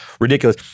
ridiculous